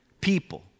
people